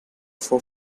for